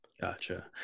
Gotcha